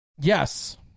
Yes